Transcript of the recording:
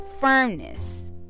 firmness